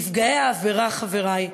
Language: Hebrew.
נפגעי העבירה, חברי,